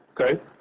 Okay